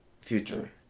Future